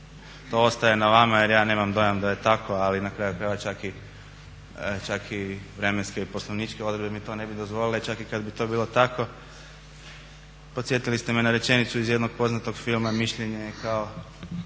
to ostaje na vama jer ja nemam dojam da je tako, ali na kraju krajeva čak i vremenske i poslovničke odredbe mi to ne bi dozvolile. Čak i kad bi to bilo tako. Podsjetili ste me na rečenicu iz jednog poznatog filma, mišljenje je